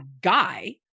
guy